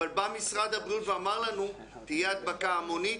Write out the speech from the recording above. אבל משרד הבריאות אמר לנו: תהיה הדבקה המונית,